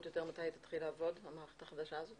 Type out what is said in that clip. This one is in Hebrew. מתי תתחיל לעבוד המערכת החדשה הזאת?